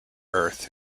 earth